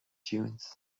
dunes